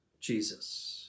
Jesus